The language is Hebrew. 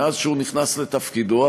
מאז נכנס לתפקידו,